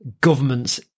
governments